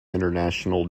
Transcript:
international